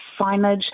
signage